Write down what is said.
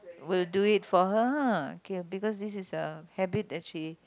will do it for her ah K because this is the habit that she